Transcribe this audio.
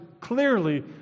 clearly